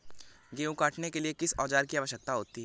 गेहूँ काटने के लिए किस औजार की आवश्यकता होती है?